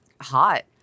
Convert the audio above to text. hot